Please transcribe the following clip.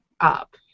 up